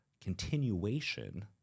continuation